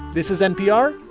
this is npr.